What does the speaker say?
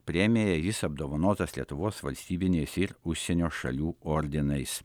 premija jis apdovanotas lietuvos valstybinės ir užsienio šalių ordinais